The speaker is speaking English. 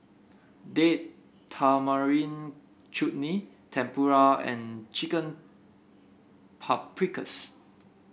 Date Tamarind Chutney Tempura and Chicken Paprikas